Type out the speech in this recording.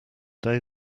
day